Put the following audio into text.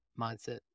mindset